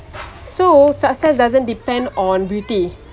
so success doesn't depend on beauty